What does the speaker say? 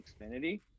Xfinity